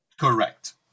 Correct